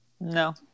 No